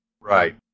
Right